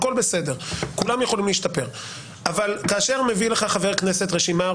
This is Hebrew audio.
הכול בסדר, כולם יכולים להשתפר.